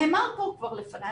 נאמר פה כבר לפניי,